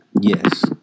Yes